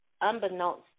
unbeknownst